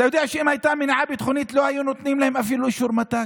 אתה יודע שאם הייתה מניעה ביטחונית לא היו נותנים להם אפילו אישור מת"ק,